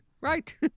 right